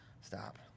Stop